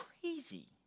crazy